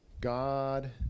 God